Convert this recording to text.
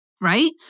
right